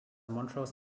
montrose